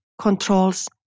controls